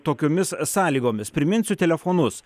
tokiomis sąlygomis priminsiu telefonus